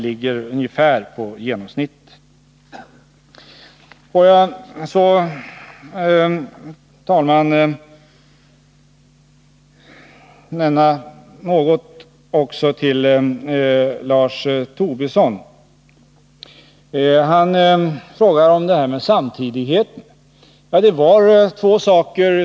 Får jag, fru talman, också säga något till Lars Tobisson. Han frågar om detta med samtidigheten av marginalskattesänkning och begränsning av avdragsrätten.